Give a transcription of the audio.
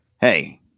hey